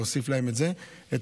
להוסיף להם את הפער.